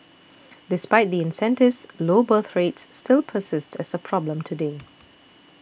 despite the incentives low birth rates still persist as a problem today